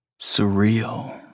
surreal